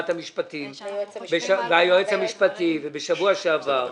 המשפטים והיועץ המשפטי בשבוע שעבר.